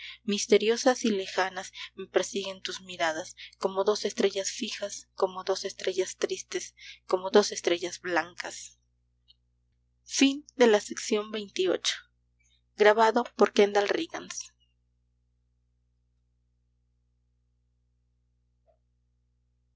misteriosas y lejanas me persiguen tus miradas como dos estrellas fijas como dos estrellas tristes como dos estrellas blancas